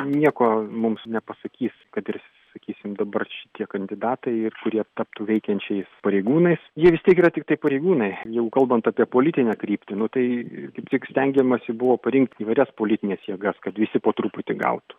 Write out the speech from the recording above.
nieko mums nepasakys kad ir sakysim dabar šitie kandidatai ir kurie taptų veikiančiais pareigūnais jie vis tiek yra tiktai pareigūnai jeigu kalbant apie politinę kryptį nu tai kaip tik stengiamasi buvo parinkti įvairias politines jėgas kad visi po truputį gautų